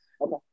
Okay